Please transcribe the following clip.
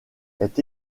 est